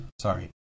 sorry